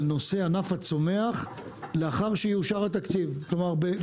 נושא ענף הצומח לאחר שיאושר התקציב; כלומר,